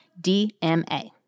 DMA